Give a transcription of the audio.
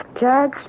Judge